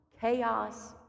chaos